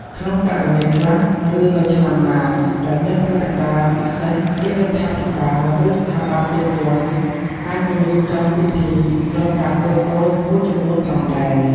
ក្នុងករណីខ្លះ ឬនៅឆ្នាំណាដែលមានព្រឹត្តិការណ៍ពិសេស រាជរដ្ឋាភិបាល ឬស្ថាប័នពាក់ព័ន្ធអាចនឹងរៀបចំពិធីផ្លូវការតូចៗមួយចំនួនផងដែរ។